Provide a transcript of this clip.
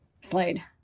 Slade